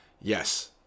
yes